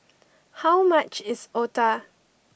how much is Otah